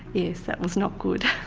yes, that was not good.